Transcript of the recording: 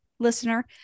Listener